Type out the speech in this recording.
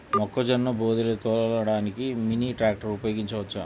మొక్కజొన్న బోదెలు తోలడానికి మినీ ట్రాక్టర్ ఉపయోగించవచ్చా?